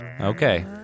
Okay